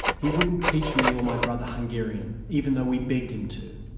he wouldn't teach me or my brother hungarian, even though we begged him to.